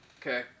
okay